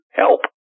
help